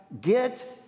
get